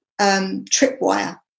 tripwire